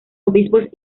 obispos